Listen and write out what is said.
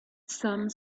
some